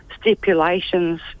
stipulations